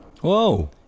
Whoa